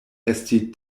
esti